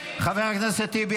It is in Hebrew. --- חבר הכנסת טיבי,